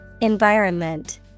Environment